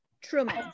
Truman